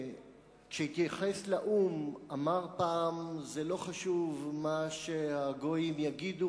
כשהתייחס לאו"ם אמר פעם: לא חשוב מה שהגויים יגידו,